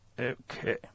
Okay